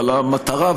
אבל המטרה,